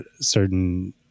certain